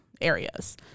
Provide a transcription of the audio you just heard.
areas